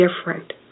different